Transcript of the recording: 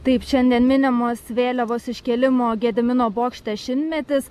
taip šiandien minimas vėliavos iškėlimo gedimino bokšte šimtmetis